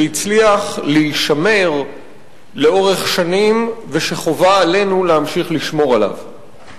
שהצליח להישמר לאורך שנים ושחובה עלינו להמשיך לשמור עליו.